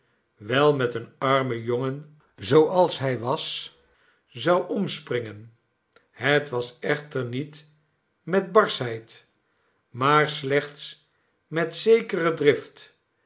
wel met een armen jongen zooals hij was zou omspringen het was echter niet met barschheid maar slechts met zekere drift